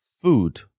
food